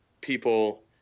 people